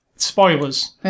Spoilers